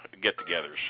get-togethers